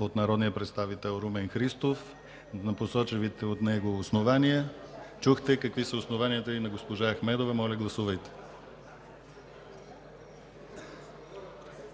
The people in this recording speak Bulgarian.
от народния представител Румен Христов на посоченото от него основание – чухте какви са основанията и на госпожа Ахмедова. Гласували